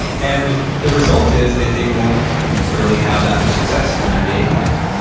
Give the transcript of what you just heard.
and the result is they they won't really have that much success in their dating life.